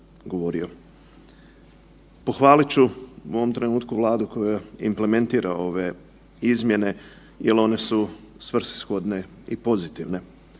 Pohvalit ću u ovom trenutku Vladu koja implementira ove izmjene jel one su svrsishodne i pozitivne.